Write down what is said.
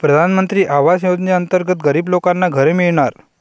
प्रधानमंत्री आवास योजनेअंतर्गत गरीब लोकांना घरे मिळणार